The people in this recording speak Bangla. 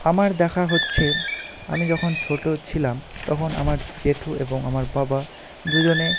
আমার দেখা হচ্ছে আমি যখন ছোটো ছিলাম তখন আমার জেঠু এবং আমার বাবা দুজনে